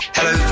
Hello